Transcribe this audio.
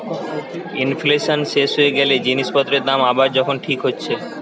inflation শেষ হয়ে গ্যালে জিনিস পত্রের দাম আবার যখন ঠিক হচ্ছে